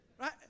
Right